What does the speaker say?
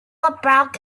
about